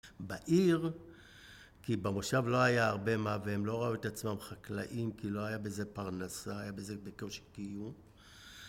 בעיר, כי במושב לא היה הרבה מה, והם לא ראו את עצמם חקלאים, כי לא היה בזה פרנסה, היה בזה בקושי קיום.